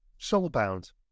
Soulbound